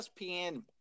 ESPN